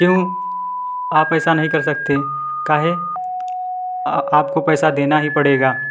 क्यों आप ऐसा नहीं कर सकते काहे आपको पैसा देना ही पड़ेगा